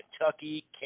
Kentucky